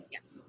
Yes